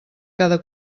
cada